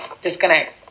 disconnect